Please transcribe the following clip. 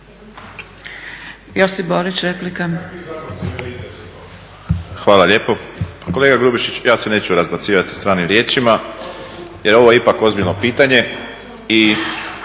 Josip (HDZ)** Hvala lijepo. Kolega Grubišić ja se neću razbacivati stranim riječima jel ovo je ipak ozbiljno pitanje